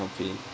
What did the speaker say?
pain